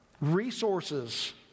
resources